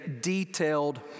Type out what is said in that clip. detailed